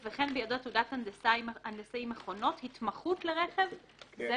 וכן בידו תעודת הנדסאי מכונות התמחות לרכב זו